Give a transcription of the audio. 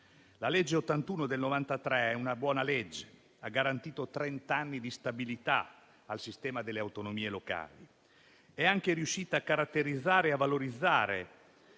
La legge n. 81 del 1993 è una buona legge: ha garantito trent'anni di stabilità al sistema delle autonomie locali ed è anche riuscita a caratterizzare e a valorizzare